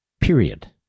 Period